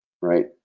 right